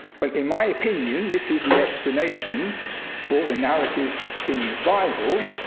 well, in my opinion, this is the explanation for the narrative in bible,